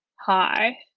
hi